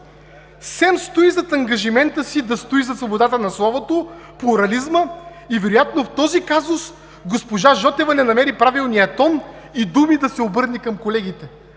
„СЕМ стои зад ангажимента си да стои зад свободата на словото, плурализма и вероятно в този казус госпожа Жотева не намери правилния тон и думи да се обърне към колегите.“